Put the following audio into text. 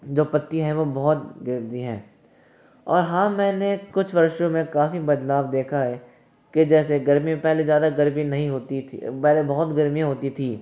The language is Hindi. जो पत्ती हैं वो बहुत गिरती हैं और हाँ मैंने कुछ वर्षों में काफ़ी बदलाव देखा है के जैसे गर्मी पहले ज़्यादा गर्मी नहीं होती थी पहले बहुत गर्मियाँ होती थीं